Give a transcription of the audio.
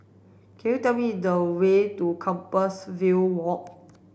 could you tell me the way to Compassvale Walk